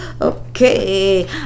Okay